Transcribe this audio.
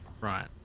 Right